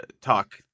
talk